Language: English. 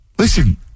Listen